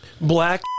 Black